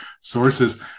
sources